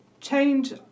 change